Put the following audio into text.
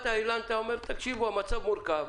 תקשיבו, המצב מורכב.